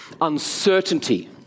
uncertainty